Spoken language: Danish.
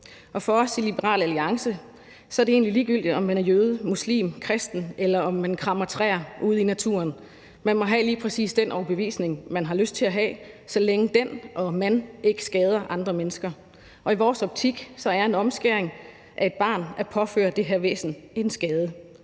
Og for os i Liberal Alliance er det egentlig ligegyldigt, om man er jøde, muslim, kristen, eller om man krammer træer ude i naturen. Man må have lige præcis den overbevisning, man har lyst til at have, så længe den og man ikke skader andre mennesker, og i vores optik er en omskæring af et barn at påføre det her væsen en skade,